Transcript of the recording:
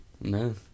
no